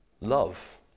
love